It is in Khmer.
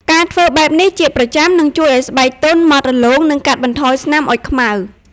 ការធ្វើបែបនេះជាប្រចាំនឹងជួយឲ្យស្បែកទន់ ម៉ដ្ឋរលោង និងកាត់បន្ថយស្នាមអុជខ្មៅ។